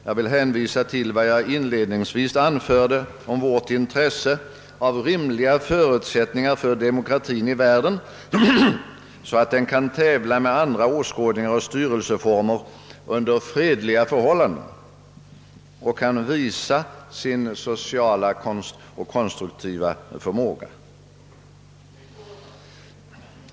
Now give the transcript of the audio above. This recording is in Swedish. Jag vill hänvisa till vad jag inledningsvis anförde om vårt intresse av rimliga möjligheter för demokratien i världen att tävla med andra åskådningar och styrelseformer under fredliga förhållanden och visa sin sociala och konstruktiva förmåga.